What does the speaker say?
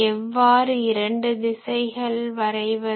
எவ்வாறு இரண்டு திசைகள் வரைவது